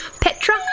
Petra